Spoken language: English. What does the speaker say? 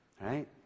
right